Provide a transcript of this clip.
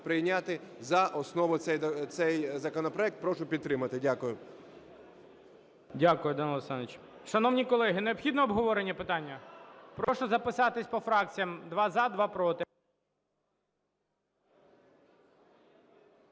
прийняти за основу цей законопроект. Прошу підтримати. Дякую. ГОЛОВУЮЧИЙ. Дякую, Данило Олександрович. Шановні колеги, необхідно обговорення питання? Прошу записатись по фракціям: два – за, два – проти.